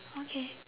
okay